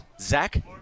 Zach